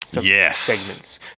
Yes